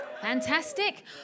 Fantastic